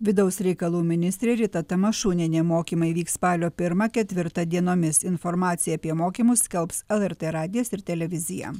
vidaus reikalų ministrė rita tamašunienė mokymai vyks spalio pirmą ketvirtą dienomis informaciją apie mokymus skelbs lrt radijas ir televizija